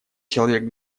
человек